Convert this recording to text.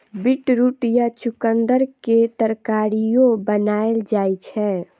beetroot या चुकंदर के तरकारियो बनाएल जाइ छै